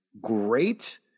great